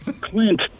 Clint